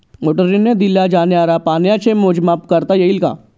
मोटरीने दिल्या जाणाऱ्या पाण्याचे मोजमाप करता येईल का?